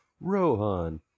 Rohan